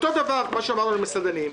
אותו דבר כמו שאמרנו לגבי המסעדנים,